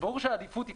ברור שהעדיפות היא,